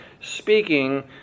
speaking